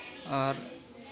ᱟᱨ